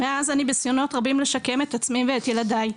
מאז אני בניסיונות רבים לשקם את עצמי ואת ילדיי.